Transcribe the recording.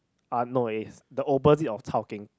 uh no it's the opposite of chao keng